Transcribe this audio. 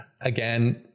again